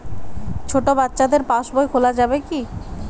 ছোট বাচ্চাদের পাশবই খোলা যাবে কি?